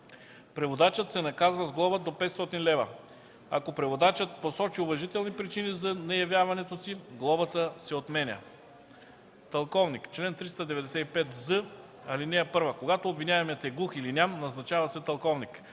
преводачът се наказва с глоба до петстотин лева. Ако преводачът посочи уважителни причини за неявяването си, глобата се отменя. Тълковник Чл. 395з. (1) Когато обвиняемият е глух или ням, назначава се тълковник.